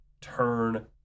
Turn